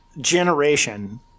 generation